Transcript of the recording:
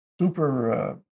super